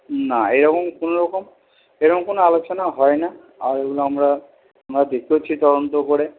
না এইরকম কোনোরকম এরকম কোনো আলোচনা হয় না আর এগুলো আমরা দেখেওছি তদন্ত করে